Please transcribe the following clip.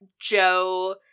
Joe